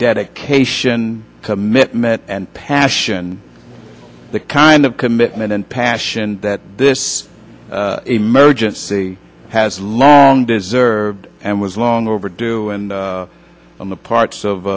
dedication commitment and passion the kind of commitment and passion that this emergency has long deserved and was long overdue and on the parts